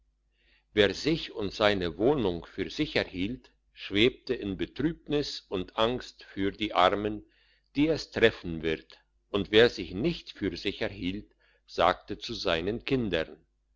wer sich und seine wohnung für sicher hielt schwebte in betrübnis und angst für die armen die es treffen wird und wer sich nicht für sicher hielt sagte zu seinen kindern